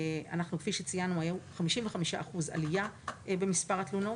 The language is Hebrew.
כפי שציינו, 55% עלייה במספר התלונות.